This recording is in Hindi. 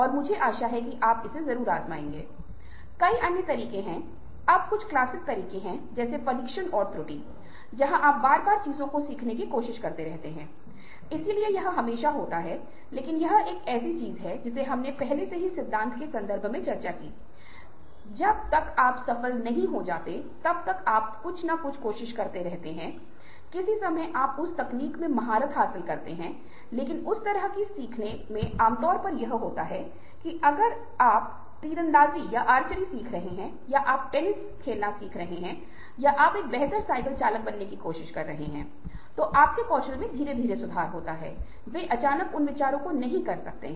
एक और शैली हो सकती है अकामडेटर हम इसे समायोजित कर सकते हैं जैसे आप जानते हैं कि हम रेलगाड़ी से यात्रा कर रहे है और बस एक तीन सीटर जगह है सीटें केवल तीन ही समायोजित कर सकती हैं लेकिन एक व्यक्ति जो खड़ा है और यदि हम एक मिलनसार मिजाज में हैं और फिर हम ठीक कह सकते हैं और बोलते है की आप भी बैठ सकते हैं तो हम समायोजन कर रहे है और बस इसे समायोजित करना बस आप मानसिक रूप से से स्थान से संबंधित कुछ जानते हैं पर निर्भर करता है यदि आपको वह चिंता है तो हमें थोड़ी असुविधा भी नहीं होगी पर हम असहज महसूस नहीं करेंगे